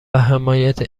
حمایت